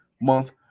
month